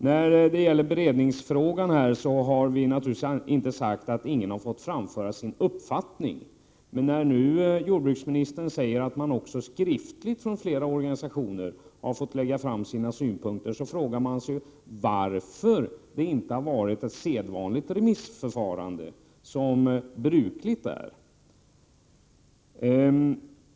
När det gäller beredningsfrågan har vi naturligtvis inte sagt att ingen har fått framföra sin uppfattning, men när nu jordbruksministern säger att flera organisationer också skriftligen har fått lägga fram sina synpunkter, frågar man sig ju varför det inte har varit ett remissförfarande, som brukligt är.